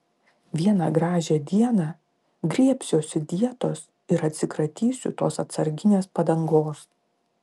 vieną gražią dieną griebsiuosi dietos ir atsikratysiu tos atsarginės padangos